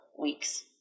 weeks